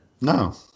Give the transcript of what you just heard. No